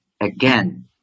again